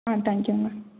ஆ தேங்க்யூங்க